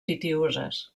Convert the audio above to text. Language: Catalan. pitiüses